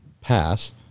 pass